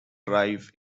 drive